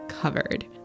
covered